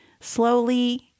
Slowly